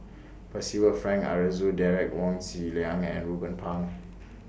Percival Frank Aroozoo Derek Wong Zi Liang and Ruben Pang